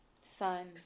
Son